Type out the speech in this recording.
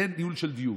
זה ניהול של דיון.